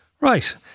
Right